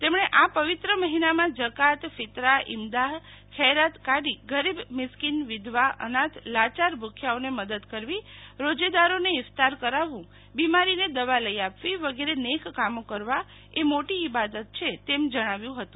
તેમણે આ પવીત્ર મહિનામાં જકાત ફિત્રા ઈમદાહ ખૈરાત કાઢી ગરીબ મિસ્કિન વિધવા અનાથ લાચાર ભુખ્યાઓને મદદ કરવી રોજેદારને ઈફતાર કરાવવું બિમારીને દવા લઈ આપવી વગેરે નેક કામો કરવાએ મોટી ઈબાદત છે તેમ જણાવ્યું હતું